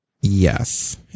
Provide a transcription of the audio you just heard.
Yes